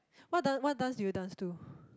what dance what dance do you dance to